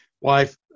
wife